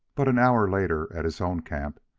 but an hour later, at his own camp,